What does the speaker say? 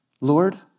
Lord